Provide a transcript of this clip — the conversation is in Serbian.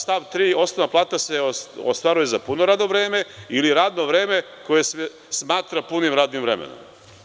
Stav 3. - osnovna plata se ostvaruje za puno radno vreme, ili radno vreme koje se smatra punim radnim vremenom.